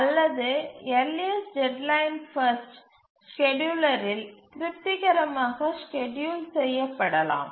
அல்லது earliest deadline first ஸ்கேட்யூலரில் திருப்திகரமாக ஸ்கெட்யூல் செய்யப்படலாம்